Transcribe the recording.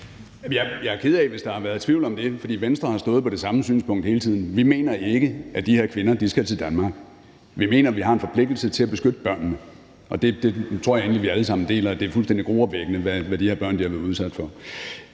Jeg er ked af det, hvis der har været tvivl om det, for Venstre har stået på det samme synspunkt hele tiden. Vi mener ikke, at de her kvinder skulle til Danmark. Vi mener, at vi har en forpligtelse til at beskytte børnene, og jeg tror egentlig, at vi alle sammen deler det synspunkt, at det er fuldstændig gruopvækkende, hvad de her børn har været udsat for.